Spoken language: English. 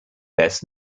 best